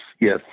yes